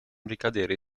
ricadere